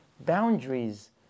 boundaries